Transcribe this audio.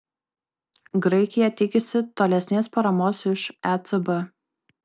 graikija tikisi tolesnės paramos iš ecb